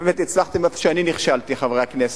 באמת הצלחתם איפה שאני נכשלתי, חברי הכנסת,